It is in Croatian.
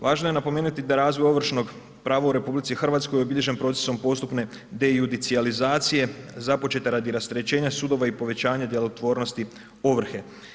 Važno je napomenuti da razvoj ovršnoj, pravo u RH obilježen procesom postupne dejudilizacije započeta radi rasterećenja sudova i povećanja djelotvornosti ovrhe.